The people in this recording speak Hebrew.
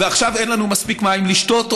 ועכשיו אין לנו מספיק מים לשתות,